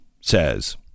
says